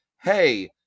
hey